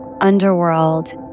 underworld